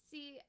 See